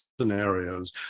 scenarios